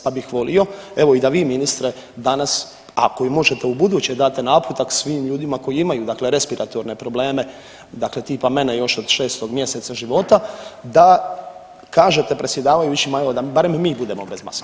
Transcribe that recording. Pa bih volio evo i da vi ministre danas ako i možete ubuduće date naputak svim ljudima koji imaju dakle respiratorne probleme, dakle tipa mene još 6 mjeseca života da kažete predsjedavajućima evo da barem mi budemo [[Upadica: Vrijeme.]] bez maske.